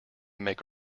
make